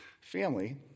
family